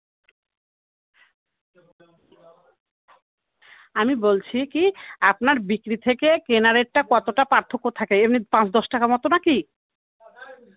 আমি বলছি কী আপনার বিক্রি থেকে কেনা রেটটা কতোটা পার্থক্য থাকে এমনি পাঁচ দশ টাকা মতো না কি